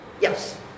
Yes